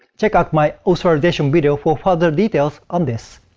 check out my authorization video for further details on this.